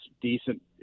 decent